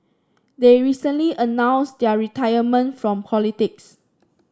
they recently announced their retirement from politics